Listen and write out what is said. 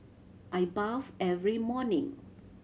I bathe every morning